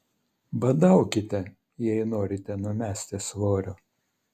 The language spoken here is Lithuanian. badaukite jei norite numesti svorio